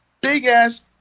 big-ass